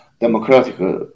democratic